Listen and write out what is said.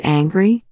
angry